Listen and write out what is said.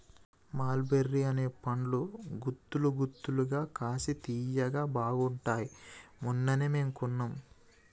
మల్ బెర్రీ అనే పండ్లు గుత్తులు గుత్తులుగా కాశి తియ్యగా బాగుంటాయ్ మొన్ననే మేము కొన్నాం